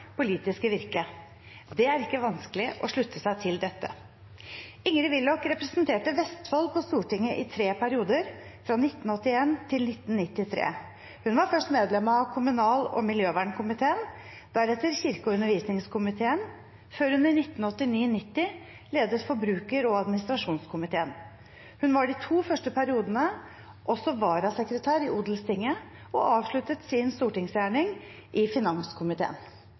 politiske virke.» Det er ikke vanskelig å slutte seg til dette. Ingrid Willoch representerte Vestfold på Stortinget i tre perioder, fra 1981 til 1993. Hun var først medlem av kommunal- og miljøvernkomiteen, deretter kirke- og undervisningskomiteen, før hun i 1989–1990 ledet forbruker- og administrasjonskomiteen. Hun var de to første periodene også varasekretær i Odelstinget og avsluttet sin stortingsgjerning i finanskomiteen.